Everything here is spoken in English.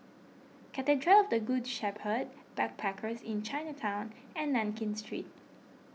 Cathedral of the Good Shepherd Backpackers Inn Chinatown and Nankin Street